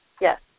Yes